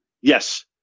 Yes